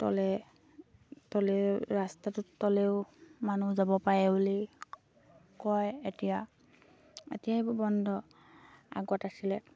তলে তলে ৰাস্তাটোত তলেও মানুহ যাব পাৰে বুলি কয় এতিয়া এতিয়া এইবোৰ বন্ধ আগত আছিলে